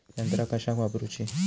यंत्रा कशाक वापुरूची?